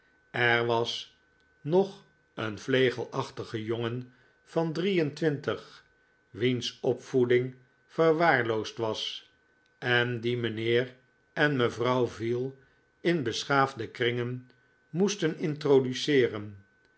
er was nog een vlegelachtige jongen van drie en twintig wiens opvoeding verwaarloosd was en dien mijnheer en mevrouw veal in beschaafde kringen moesten introduceeren